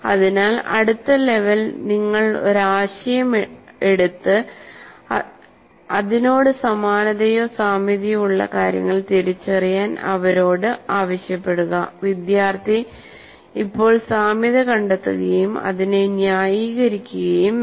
അതിനാൽ അടുത്ത ലെവൽ നിങ്ങൾ ഒരു ആശയം എടുത്ത് അതിനോട് സമാനതയോ സാമ്യതയോ ഉള്ള കാര്യങ്ങൾ തിരിച്ചറിയാൻ അവരോട് ആവശ്യപ്പെടുക വിദ്യാർത്ഥി ഇപ്പോൾ സാമ്യത കണ്ടെത്തുകയും അതിനെ ന്യായീകരിക്കുകയും വേണം